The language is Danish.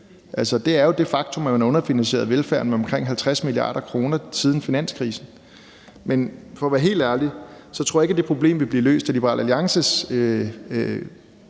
Det er jo det faktum, at man har underfinansieret velfærden med omkring 50 mia. kr. siden finanskrisen. Men for at være helt ærlig tror jeg ikke, det problem vil blive løst med Liberal Alliances